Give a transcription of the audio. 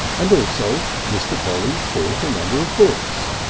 and also mr. polly bought a number of books,